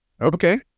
Okay